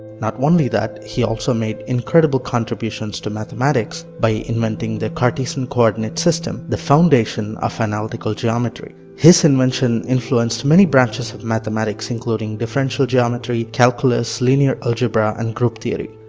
not only that, he also made incredible contributions to mathematics by inventing the cartesan coordinate system, the foundation of analytical geometry. his invention influenced many branches of mathematics including differential geometry, calculus, linear algebra and group theory.